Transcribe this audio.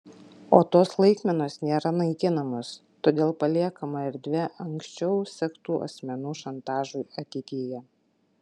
o tos laikmenos nėra naikinamos todėl paliekama erdvė anksčiau sektų asmenų šantažui ateityje